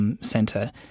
center